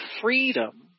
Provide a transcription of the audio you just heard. freedom